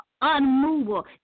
Unmovable